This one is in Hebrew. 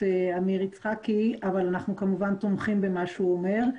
עמיר יצחקי אבל אנחנו כמובן תומכים במה שהוא אומר.